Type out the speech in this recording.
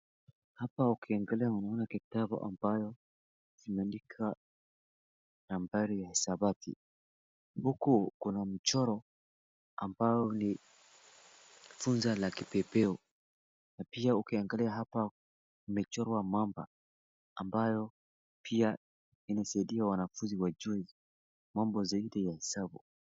Hapa ukiangalia unaona vitabu ambazo zimeandikwa nambari ya hisabati huku kuna mchoro ambao ni funzo la kipepeo na pia ukiangalia hapa kumechorwa mamba ambayo pia inasaidia wanafunze mambo zaidi ya hesabu.